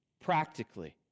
practically